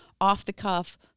off-the-cuff